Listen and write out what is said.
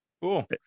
Cool